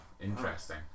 interesting